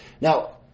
Now